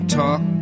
talk